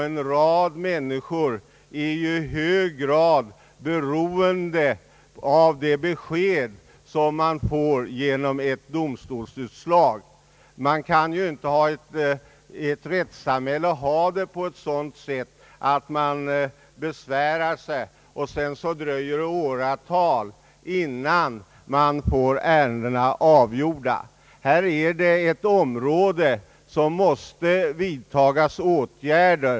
En mängd människor är i hög grad beroende av de besked man får genom ett domstolsutslag. Man kan inte i ett rättssamhälle ha det så att man besvärar sig och att det sedan dröjer åratal innan ärendena blir avgjorda. Här är ett område där det måste vidtagas åtgärder.